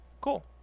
Cool